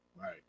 right